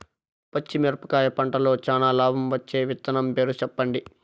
పచ్చిమిరపకాయ పంటలో చానా లాభం వచ్చే విత్తనం పేరు చెప్పండి?